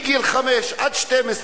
לא נותנים לו ויזה כי הוא מגיל חמש עד 12 למד